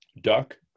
duck